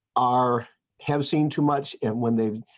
are have seen too much and when they